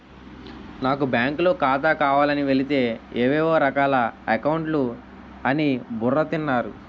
నాకు బాంకులో ఖాతా కావాలని వెలితే ఏవేవో రకాల అకౌంట్లు అని బుర్ర తిన్నారు